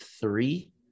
three